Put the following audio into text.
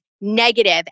negative